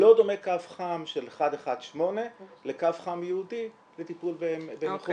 לא דומה קו חם של 118 לקו חם ייעודי לטיפול במכורים.